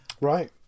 Right